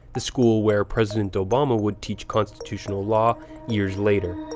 the school where president obama would teach constitutional law years later.